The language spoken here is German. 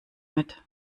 mit